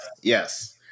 Yes